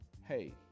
hey